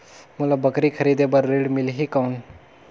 मोला बकरी खरीदे बार ऋण मिलही कौन?